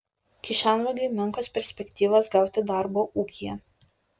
kišenvagiui menkos perspektyvos gauti darbo ūkyje